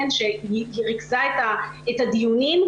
שריכזה את הדיונים,